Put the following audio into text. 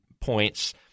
points